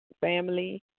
family